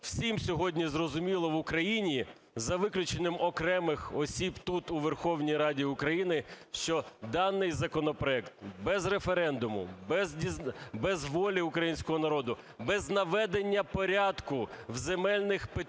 всім сьогодні зрозуміло в Україні, за виключенням окремих осіб тут у Верховній Раді України, що даний законопроект без референдуму, без волі українського народу, без наведення порядку в земельних питаннях,